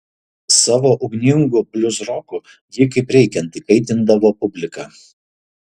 savo ugningu bliuzroku ji kaip reikiant įkaitindavo publiką